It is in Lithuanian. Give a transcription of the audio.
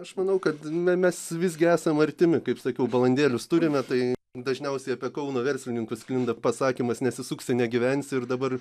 aš manau kad me mes visgi esam artimi kaip sakiau balandėlius turime tai dažniausiai apie kauno verslininkus sklinda pasakymas nesisuksi negyvensi ir dabar